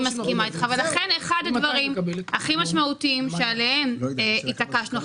אני מסכימה אתך ולכן אחד הדברים הכי משמעותיים שעליהם התעקשנו.